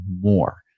more